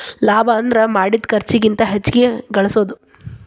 ಲಾಭ ಅಂದ್ರ ಮಾಡಿದ್ ಖರ್ಚಿಗಿಂತ ಹೆಚ್ಚಿಗಿ ಗಳಸೋದು